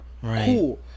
cool